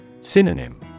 Synonym